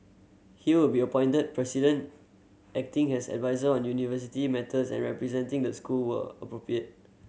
he will be appointed President acting as adviser on university matters and representing the school where appropriate